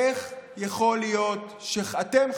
איך יכול להיות שאתם,